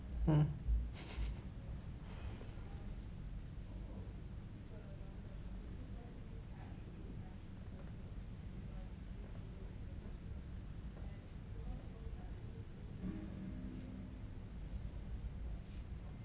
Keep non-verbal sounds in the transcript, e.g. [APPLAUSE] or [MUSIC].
mm [LAUGHS]